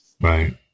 Right